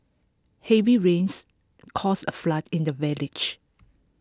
heavy rains caused A flood in the village